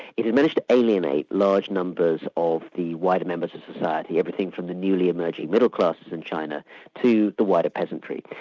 it had managed to alienate large numbers of the wider members of society, everything from the newly-emerging middle classes in china to the wider peasantry,